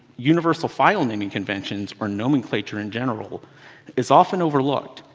universal file naming conventions, or nomenclature in general is often overlooked,